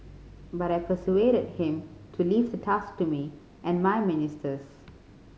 but I persuaded him to leave the task to me and my ministers